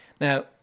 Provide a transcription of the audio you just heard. Now